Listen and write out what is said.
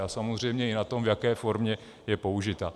A samozřejmě i na tom, v jaké formě je použita.